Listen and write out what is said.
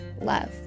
love